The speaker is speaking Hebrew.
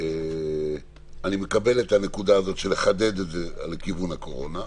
אני מקבל שצריך לחדד את זה לכיוון הקורונה.